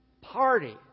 party